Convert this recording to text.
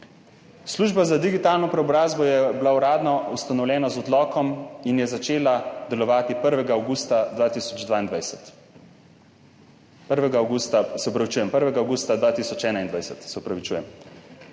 Služba za digitalno preobrazbo je bila uradno ustanovljena z odlokom in je začela delovati 1. avgusta 2021, Zakon